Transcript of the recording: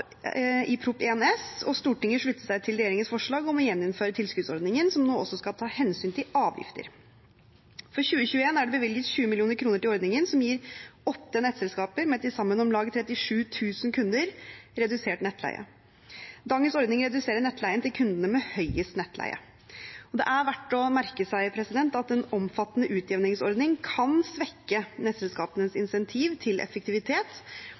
i Prop. 1 S, og Stortinget sluttet seg til regjeringens forslag om å gjeninnføre tilskuddsordningen, som nå også skal ta hensyn til avgifter. For 2021 er det bevilget 20 mill. kr til ordningen, som gir åtte nettselskaper med til sammen om lag 37 000 kunder redusert nettleie. Dagens ordning reduserer nettleien til kundene med høyest nettleie. Det er verdt å merke seg at en omfattende utjevningsordning kan svekke nettselskapenes insentiv til effektivitet